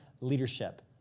leadership